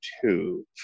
two